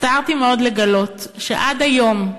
הצטערתי מאוד לגלות שעד היום,